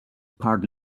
part